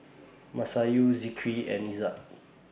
Masayu Zikri and Izzat